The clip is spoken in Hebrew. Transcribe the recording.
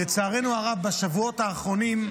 לצערנו הרב, בשבועות האחרונים,